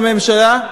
בממשלה,